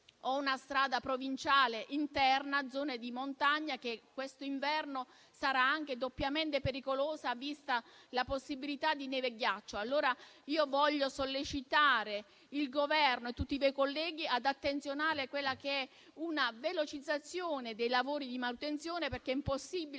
o una strada provinciale interna in zone di montagna, che questo inverno sarà anche doppiamente pericolosa vista la possibilità di neve e ghiaccio. Vorrei quindi sollecitare il Governo e tutti i miei colleghi ad attenzionare una velocizzazione dei lavori di manutenzione, perché è impossibile